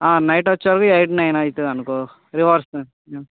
night వచ్చే వరకు eight nine అవుతుంది అనుకో రివర్స్